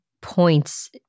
points